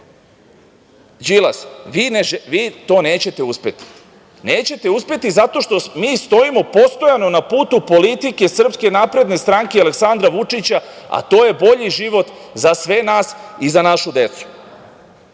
Đilas, vi to nećete uspeti. Nećete uspeti zato što mi stojimo postojano na putu politike SNS i Aleksandra Vučića, a to je bolji život za sve nas i za našu